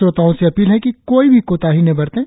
श्रोताओं से अपील है कि कोई भी कोताही न बरतें